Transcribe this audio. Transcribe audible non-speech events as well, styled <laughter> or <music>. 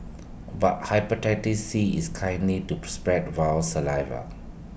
but Hepatitis C is kindly to <noise> spread via saliva